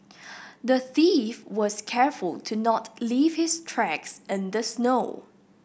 the thief was careful to not leave his tracks in the snow